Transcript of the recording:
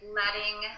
letting